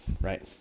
right